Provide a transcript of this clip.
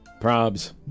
Probs